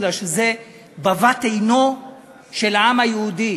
מפני שזו בבת-עינו של העם היהודי.